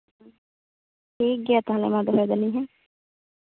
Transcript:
ᱴᱷᱤᱠ ᱜᱮᱭᱟ ᱛᱟᱦᱚᱞᱮ ᱢᱟ ᱫᱚᱦᱚᱭ ᱫᱟᱹᱞᱤᱧ ᱦᱮᱸ